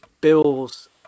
bills